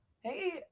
Hey